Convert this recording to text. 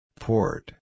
Port